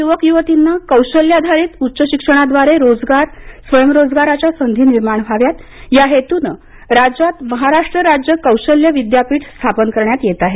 कौशल्य विद्यापीठ राज्यातील यूवक यूवतींना कौशल्याधारित उच्च शिक्षणाद्वारे रोजगार स्वयंरोजगाराच्या संधी निर्माण व्हाव्यात या हेतूने राज्यात महाराष्ट्र राज्य कौशल्य विद्यापीठ स्थापन करण्यात येत आहे